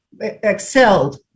excelled